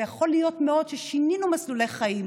ויכול להיות מאוד ששינינו מסלולי חיים,